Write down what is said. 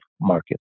market